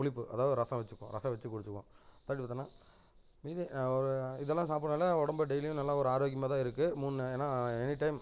புளிப்பு அதாவது ரசம் வெச்சுப்போம் ரசம் வெச்சுக் குடித்துக்குவோம் மறுபடியும் பார்த்தோன்னா மீதி ஒரு இதெல்லாம் சாப்புட்றதுனால உடம்பு டெய்லியும் நல்லா ஒரு ஆரோக்கியமாக தான் இருக்கும் மூணு ஏன்னா எனிடைம்